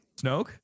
snoke